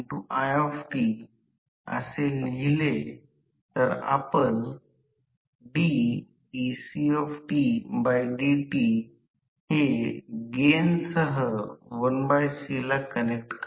आता जर हे फिरले तर ते स्टेटर फील्ड च्या दिशेने जाते आणि n ची स्थिर स्थिती वेग प्राप्त करते